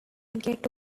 get